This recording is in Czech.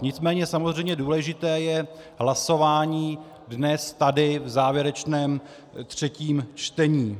Nicméně samozřejmě důležité je hlasování dnes tady v závěrečném třetím čtení.